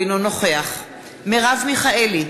אינו נוכח מרב מיכאלי,